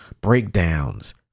breakdowns